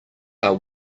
are